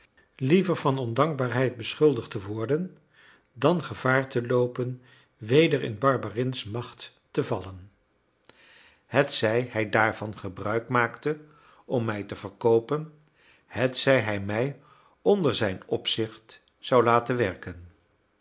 liever van ondankbaarheid beschuldigd te worden dan gevaar te loopen weder in barberins macht te vallen hetzij hij daarvan gebruik maakte om mij te verkoopen hetzij hij mij onder zijn opzicht zou laten werken